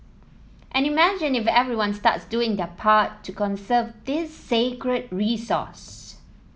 and imagine if everyone starts doing their part to conserve this scarce resource